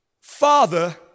Father